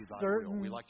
certain